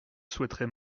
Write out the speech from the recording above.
souhaiterais